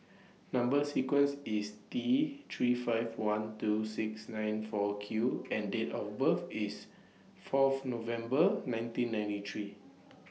Number sequence IS T three five one two six nine four Q and Date of birth IS Fourth November nineteen ninety three